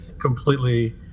completely